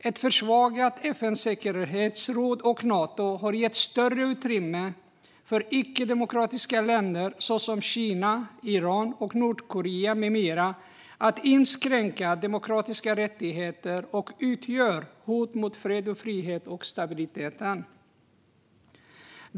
Att FN:s säkerhetsråd och Nato försvagats har gett större utrymme för icke-demokratiska länder som Kina, Iran och Nordkorea med flera att inskränka demokratiska rättigheter och utgöra ett hot mot fred, frihet och stabilitet.